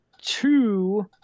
two